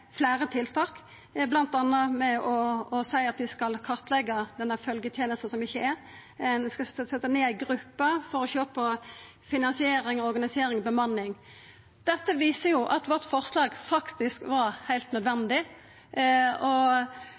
fleire tiltak, bl.a. ved å seia at dei skal kartleggja denne følgjetenesta som ikkje er, ein skal setja ned ei gruppe for å sjå på finansiering, organisering og bemanning. Dette viser jo at vårt forslag faktisk var heilt nødvendig.